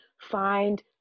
find